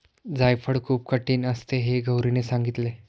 जायफळ खूप कठीण असते हे गौरीने सांगितले